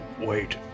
wait